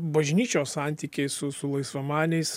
bažnyčios santykiai su su laisvamaniais